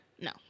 No